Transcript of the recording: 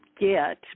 get